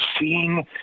seeing